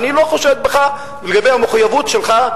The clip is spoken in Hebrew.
ואני לא חושד בך לגבי המחויבות שלך,